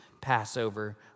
Passover